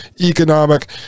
economic